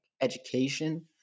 education